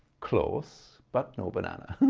close but no banana.